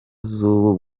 z’ubu